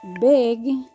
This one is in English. big